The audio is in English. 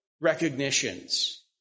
recognitions